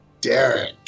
Derek